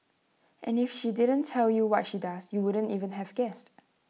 and if she didn't tell you what she does you wouldn't even have guessed